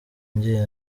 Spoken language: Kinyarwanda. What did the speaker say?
ngiye